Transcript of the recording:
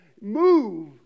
move